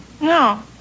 No